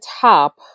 top